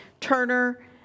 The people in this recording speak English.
Turner